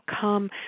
come